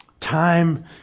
Time